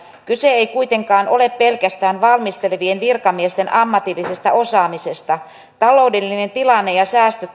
kyse ei kuitenkaan ole pelkästään valmistelevien virkamiesten ammatillisesta osaamisesta taloudellinen tilanne ja